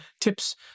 tips